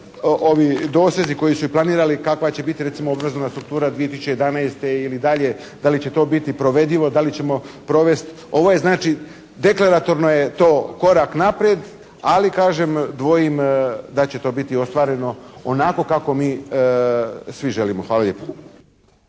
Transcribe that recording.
ovi dosezi koji su i planirani, kakva će biti recimo obrazovna struktura 2011. ili dalje, da li će to biti provedivo, da li ćemo provest? Ovo je znači, deklaratorno je to korak naprijed ali kažem dvojim da će to biti ostvareno onako kako mi svi želimo. Hvala lijepa.